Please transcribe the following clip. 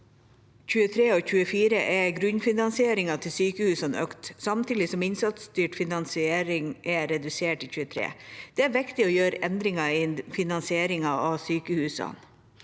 2023 og 2024 er grunnfinansieringen til sykehusene økt, samtidig som innsatsstyrt finansiering er redusert i 2023. Det er viktig å gjøre endringer i finansieringen av sykehusene.